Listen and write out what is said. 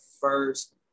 first